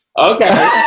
Okay